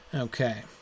Okay